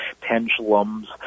pendulums